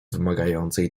wymagającej